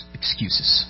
excuses